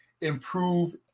improve